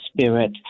Spirit